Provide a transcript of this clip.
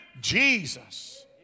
Jesus